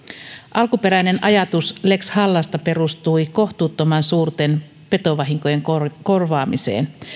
alkuperäinen ajatus lex hallasta perustui kohtuuttoman suurten petovahinkojen korvaamiseen